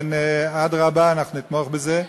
אדרבה, אנחנו נתמוך בזה.